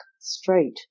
straight